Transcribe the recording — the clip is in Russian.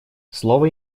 слово